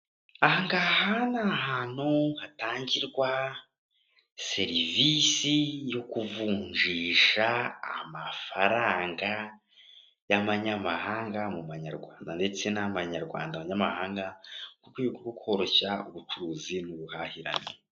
Aha ngaha, ni ahantu hatangirwa serivise yo kuvunjisha amafaranga y'amanyamahanga muma nyarwanda, ndetse n'amanyarwanda muma nyamahanga. Murwego rwo koroshya ubuhahirane.